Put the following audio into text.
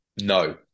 no